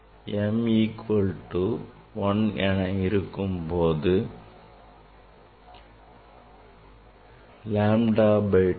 m equal to 1 இருக்கும்போது then lambda by 2